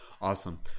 awesome